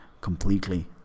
completely